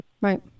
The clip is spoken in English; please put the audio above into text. Right